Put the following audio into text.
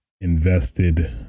invested